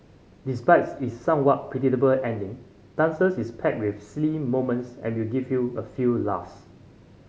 despite its somewhat predictable ending Dancers is packed with silly moments and will give you a few laughs